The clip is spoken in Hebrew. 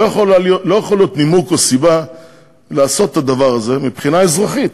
לא יכול להיות נימוק או סיבה לעשות את הדבר הזה מבחינה אזרחית,